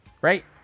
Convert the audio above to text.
Right